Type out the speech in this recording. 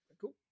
cool